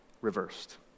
reversed